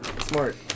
Smart